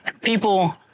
people